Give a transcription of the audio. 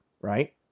right